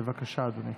בבקשה, אדוני.